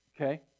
Okay